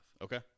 Okay